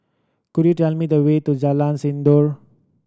could you tell me the way to Jalan Sindor